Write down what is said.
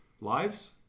lives